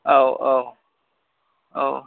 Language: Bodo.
औ औ औ